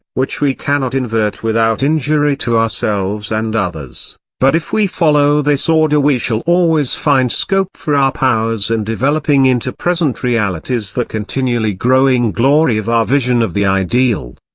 which we cannot invert without injury to ourselves and others but if we follow this order we shall always find scope for our powers in developing into present realities the continually growing glory of our vision of the ideal.